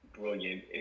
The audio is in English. brilliant